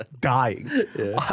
dying